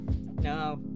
No